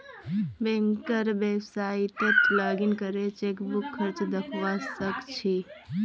बैंकेर website login करे chequebook खर्च दखवा स ख छि